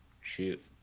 shoot